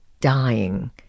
dying